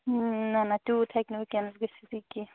نہَ نہَ تیٛوٗت ہیٚکہِ نہٕ وُنکٮ۪نَس گٔژھِتھ یہِ کیٚنٛہہ